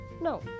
No